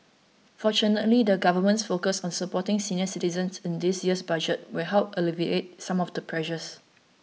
fortunately the government's focus on supporting senior citizens in this year's Budget will help alleviate some of the pressures